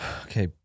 Okay